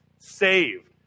saved